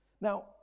Now